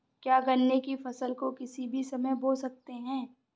क्या गन्ने की फसल को किसी भी समय बो सकते हैं?